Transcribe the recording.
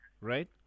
right